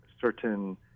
certain